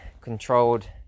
controlled